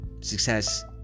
success